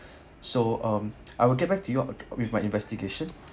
so um I will get back to you with my investigation